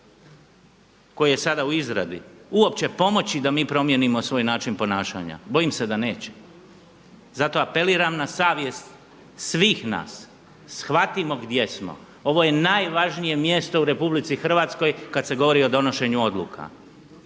koji je sada u izradi uopće pomoći da mi promijenimo svoj način ponašanja. Bojim se da neće. Zato apeliram na savjest svih nas, shvatimo gdje smo. Ovo je najvažnije mjesto u Republici Hrvatskoj kad se govori o donošenju odluka.